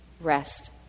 rest